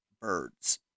birds